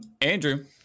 andrew